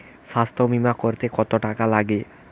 স্বাস্থ্যবীমা করতে কত টাকা লাগে?